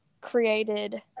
created